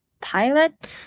pilot